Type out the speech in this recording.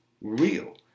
real